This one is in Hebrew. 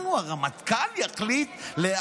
אנחנו, הרמטכ"ל יחליט?